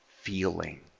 feeling